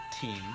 team